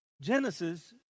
Genesis